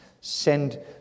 Send